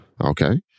Okay